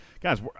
Guys